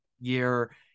year